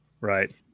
Right